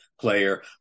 player